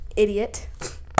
idiot